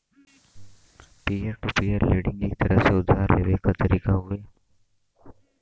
peer to peer lending एक तरह से उधार लेवे क तरीका हउवे